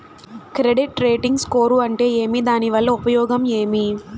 Credit rating score అంటే ఏమి దాని వల్ల ఉపయోగం ఏమి?